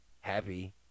happy